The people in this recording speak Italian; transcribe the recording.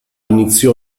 iniziò